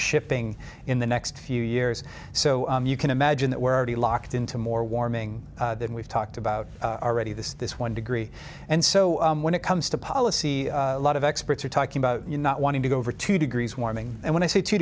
shipping in the next few years so you can imagine that we're already locked into more warming than we've talked about already this this one degree and so when it comes to policy a lot of experts are talking about you not wanting to go over two degrees warming and when i say two